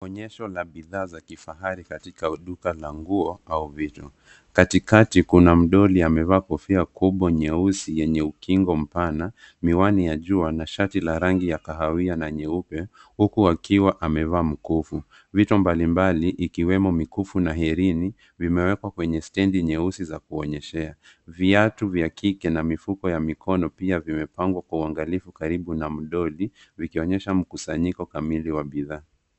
Onyesho la bidhaa za kifahari katika duka la nguo au vitu. Katikati kuna mdoli amevaa kofia kubwa nyeusi yenye ukingo mpana, miwani ya jua, na shati la rangi ya kahawia na nyeupe, huku akiwa amevaa mkufu. Vitu mbalimbali ikiwemo mikufu na herini, vimewekwa kwenye stendi nyeusi za kuonyeshea. Viatu vya kike na mifuko ya mikono pia vimepangwa kwa uangalifu karibu na mdodi, vikionyesha mkusanyiko kamili wa bidhaa.